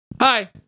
Hi